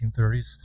1930s